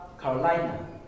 Carolina